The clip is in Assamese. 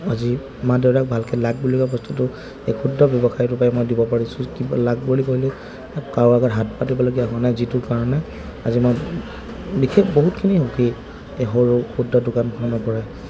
আজি মা দেউতাক ভালকৈ লাগ বুলিলে বস্তুটো এই ক্ষুদ্ৰ ব্যৱসায়টোৰপৰাই মই দিব পাৰিছোঁ যদি কিবা লাাগ বুলি ক'লে কাৰো আগত হাত পাতিবলগীয়া হোৱা নাই যিটো কাৰণে আজি মই বিশেষ বহুতখিনি সুখী এই সৰু ক্ষুদ্ৰ দোকানখনৰপৰাই